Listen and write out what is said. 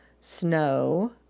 Snow